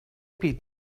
pit